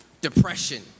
depression